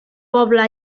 pobla